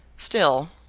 still,